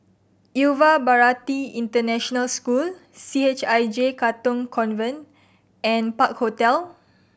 Yuva Bharati International School C H I J Katong Convent and Park Hotel